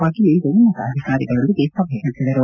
ಪಾಟೀಲ್ ಇಂದು ಉನ್ನತ ಅಧಿಕಾರಿಗಳೊಂದಿಗೆ ಸಭೆ ನಡೆಸಿದರು